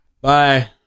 Bye